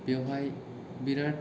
बेवहाय बिराद